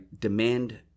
demand